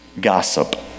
gossip